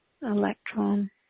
electron